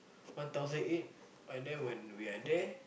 one thousand eight and then when we are there